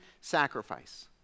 sacrifice